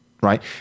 right